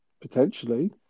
Potentially